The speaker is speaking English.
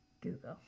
Google